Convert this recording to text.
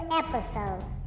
episodes